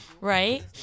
right